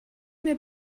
mir